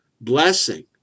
blessing